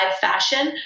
fashion